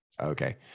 okay